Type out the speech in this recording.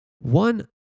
one